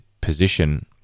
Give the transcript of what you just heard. position